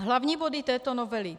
Hlavní body této novely: